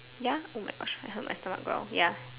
ya oh my gosh I heard my stomach growl ya